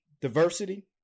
diversity